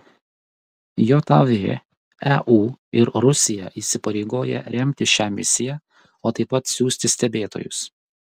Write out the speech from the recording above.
jav eu ir rusija įsipareigoja remti šią misiją o taip pat siųsti stebėtojus